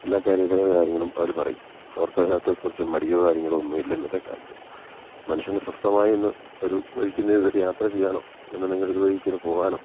എല്ലാ കാര്യ കാര്യങ്ങളും അവർ പറയും അവർക്ക് അതിനകത്ത് കുറച്ചു മടിയോ കാര്യങ്ങളോ ഒന്നുമില്ല ഇന്നത്തെ കാലത്ത് മനുഷ്യന് സ്വസ്ഥമായി ഇന്ന് ഒരു വഴിക്ക് ഒന്നു ഒരു യാത്ര ചെയ്യാനോ അല്ല എന്നുണ്ടെങ്കിൽ ഒരു വഴിക്ക് ഒന്ന് പോകാനോ